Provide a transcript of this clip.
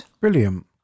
Brilliant